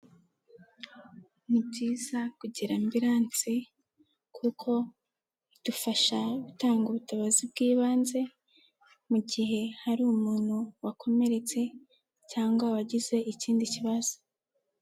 Ni byiza kugira ambiransi, kuko bidufasha gutanga ubutabazi bw'ibanze, mu gihe hari umuntu wakomeretse cyangwa wagize ikindi kibazo.